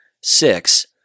Six